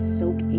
soak